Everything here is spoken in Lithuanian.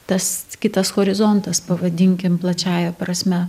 tas kitas horizontas pavadinkim plačiąja prasme